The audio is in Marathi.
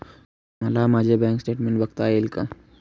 मला माझे बँक स्टेटमेन्ट बघता येईल का?